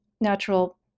natural